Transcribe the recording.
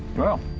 well.